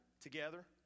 together